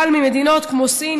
אבל ממדינות כמו סין,